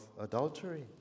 adultery